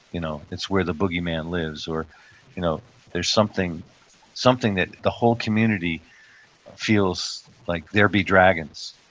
you know it's where the boogie man lives, or you know there's something something that the whole community feels like there be dragons,